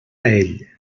ell